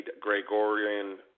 Gregorian